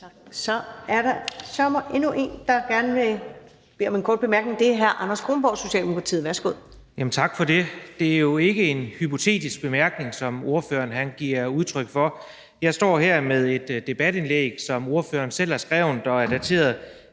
søreme endnu en, der gerne vil bede om en kort bemærkning, og det er hr. Anders Kronborg, Socialdemokratiet. Værsgo. Kl. 16:02 Anders Kronborg (S): Tak for det. Det er jo ikke en hypotetisk bemærkning, som ordføreren giver udtryk for. Jeg står her med et debatindlæg, som ordføreren selv har skrevet, og som er dateret